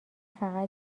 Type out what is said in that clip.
فقط